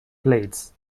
blades